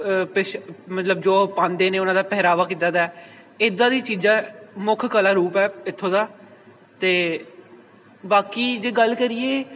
ਪਿਛ ਮਤਲਬ ਜੋ ਪਾਉਂਦੇ ਨੇ ਉਹਨਾਂ ਦਾ ਪਹਿਰਾਵਾ ਕਿੱਦਾਂ ਦਾ ਇੱਦਾਂ ਦੀ ਚੀਜ਼ਾਂ ਮੁੱਖ ਕਲਾ ਰੂਪ ਹੈ ਇੱਥੋਂ ਦਾ ਅਤੇ ਬਾਕੀ ਜੇ ਗੱਲ ਕਰੀਏ